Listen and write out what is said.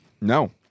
No